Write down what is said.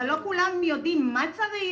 אבל לא כולם יודעים מה צריך,